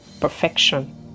perfection